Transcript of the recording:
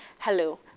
Hello